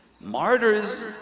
Martyrs